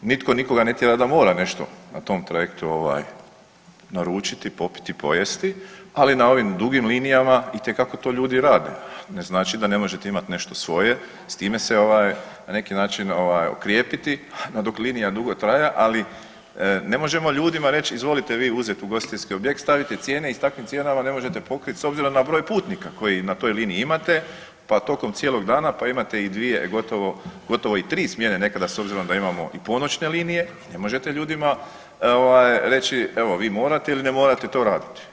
Nitko nikoga ne tjera da mora nešto na tom trajektu ovaj naručiti, popiti, pojesti, ali na ovim dugim linijama itekako to ljudi rade, ne znači da ne možete imati svoje, s time se na neki način okrijepiti dok linija dugo traje, ali ne možemo ljudima reći izvolite vi uzeti ugostiteljski objekt, stavite cijene i s takvim cijenama ne možete pokrit s obzirom na broj putnika koji na toj liniji imate pa tokom cijelog dana, pa imate ih dvije gotovo i tri smjene nekada s obzirom da imamo i ponoćne linije, ne možete ljudima reći vi morate ili ne morate to raditi.